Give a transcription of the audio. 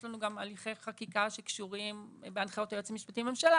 לנו גם הליכי חקיקה שקשורים בהנחיות היועץ המשפטי לממשלה.